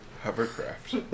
Hovercraft